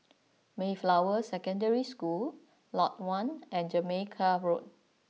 Mayflower Secondary School Lot One and Jamaica Road